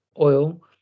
oil